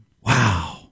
Wow